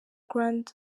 grand